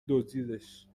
دزدیدش